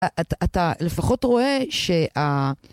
אתה לפחות רואה שה...